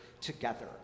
together